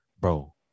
bro